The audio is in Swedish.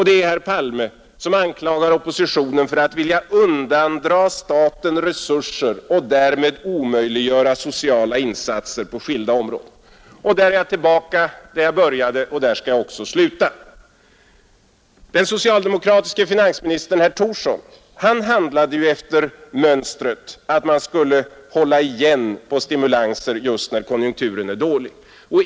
Det är herr Palme som anklagar oppositionen för att vilja undandra staten resurser och därmed omöjliggöra sociala insatser på skilda områden. Därmed är jag tillbaka där jag började, och där skall jag också sluta. Den socialdemokratiske finansministern herr Thorsson handlade ju efter mönstret att man skulle hålla igen på stimulanser just när konjunkturen är dålig.